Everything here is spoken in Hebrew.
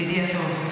סימון, ידידי הטוב.